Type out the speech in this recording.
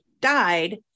died